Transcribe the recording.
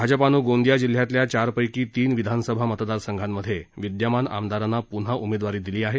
भाजपनं गोंदीया जिल्ह्यातील चारपैकी तीन विधानसभा मतदार संघांत विद्यमान आमदारांना प्न्हा उमेदवारी दिली आहे